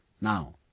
Now